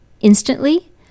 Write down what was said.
instantly